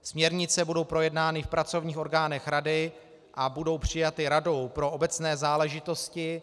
Směrnice budou projednány v pracovních orgánech Rady a budou přijaty Radou pro obecné záležitosti.